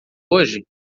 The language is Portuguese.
hoje